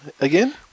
again